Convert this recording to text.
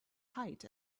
height